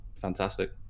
fantastic